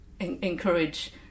encourage